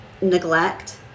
neglect